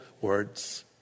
words